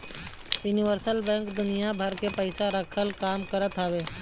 universal bank दुनिया भर के पईसा रखला के काम करत हवे